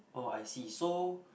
oh I see so